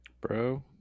Bro